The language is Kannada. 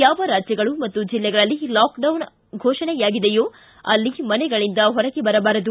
ಯಾವ ರಾಜ್ಯಗಳು ಮತ್ತು ಜಿಲ್ಲೆಗಳಲ್ಲಿ ಲಾಕ್ ಡೌನ್ ಘೋಷಣೆಯಾಗಿದೆಯೋ ಅಲ್ಲಿ ಮನೆಗಳಿಂದ ಹೊರಗೆ ಬರಬಾರದು